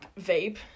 vape